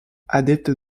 adepte